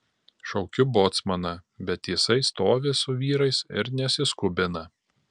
šaukiu bocmaną bet jisai stovi su vyrais ir nesiskubina